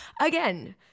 again